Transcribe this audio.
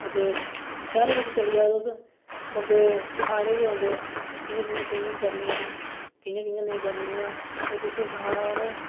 ते शैह्रें बिच चली जाओ तुस बंदे सखानै गी बी औंदे कि कि'यां कि''यां स्विमिंग करनी ऐ कि'यां कि'यां नेईं करनी ऐ ओह् तुसेंगी सखाना उ'नें